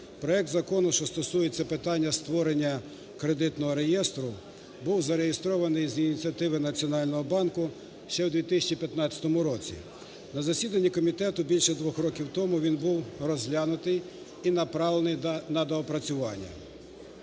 проект закону, що стосується питання створення кредитного реєстру, був зареєстрований з ініціативи Національного банку ще у 2015 році. На з засіданні комітету більше двох років тому він був розглянутий і направлений на доопрацювання.